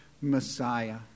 Messiah